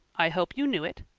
i hope you knew it.